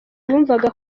bumvaga